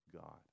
God